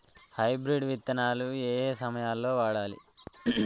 Hybrid విత్తనాలు ఏయే సమయాల్లో వాడాలి?